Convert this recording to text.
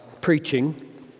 preaching